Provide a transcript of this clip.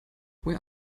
where